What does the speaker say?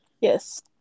Yes